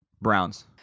Browns